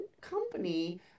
company